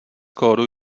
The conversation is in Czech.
kódu